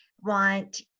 want